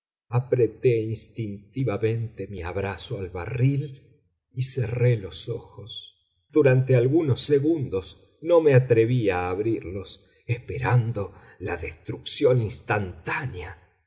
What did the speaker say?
apreté instintivamente mi abrazo al barril y cerré los ojos durante algunos segundos no me atreví a abrirlos esperando la destrucción instantánea